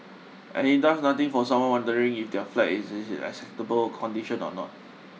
and it does nothing for someone wondering if their flat is is in acceptable condition or not